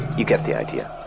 you get the idea.